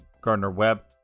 Gardner-Webb